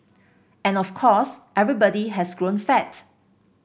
and of course everybody has grown fat